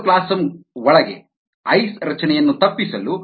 cytoplasm ಒಳಗೆ ice ರಚನೆಯನ್ನು ತಪ್ಪಿಸಲು